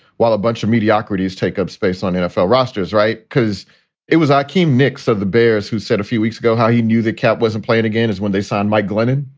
while a bunch of mediocrities take up space on nfl rosters. right. because it was our keam nick. so the bears who said a few weeks ago how he knew the cap wasn't playing again, is when they saw and mike glennon.